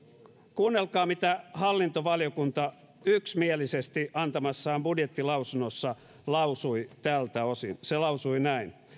kuunnelkaa mitä hallintovaliokunta yksimielisesti antamassaan budjettilausunnossa lausui tältä osin se lausui näin